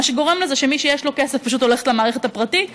מה שגורם לזה שמי שיש לו כסף פשוט הולך למערכת הפרטית,